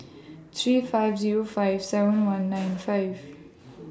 three five Zero five seven one nine five